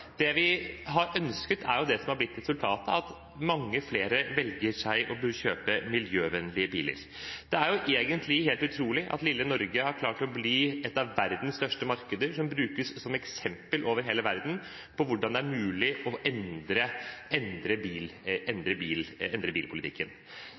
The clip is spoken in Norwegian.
Det vi har ønsket, er det som har blitt resultatet, at mange flere velger å kjøpe seg miljøvennlige biler. Det er egentlig helt utrolig at lille Norge har klart å bli et av verdens største markeder, som brukes som eksempel over hele verden på hvordan det er mulig å endre